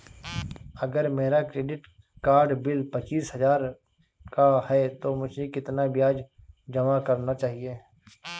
अगर मेरा credit card bill पच्चीस हजार का है तो मुझे कितना बिल जमा करना चाहिए?